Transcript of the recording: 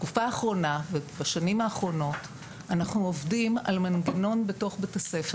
בתקופה האחרונה ובשנים האחרונות אנחנו עובדים על מנגנון בתוך בית הספר,